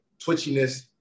twitchiness